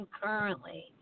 currently